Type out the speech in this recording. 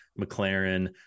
McLaren